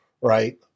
right